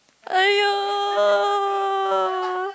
ai yo